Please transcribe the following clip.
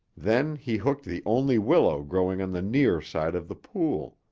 then he hooked the only willow growing on the near side of the pool.